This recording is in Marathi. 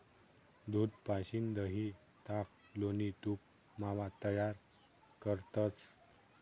दूध पाशीन दही, ताक, लोणी, तूप, मावा तयार करतंस